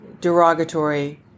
derogatory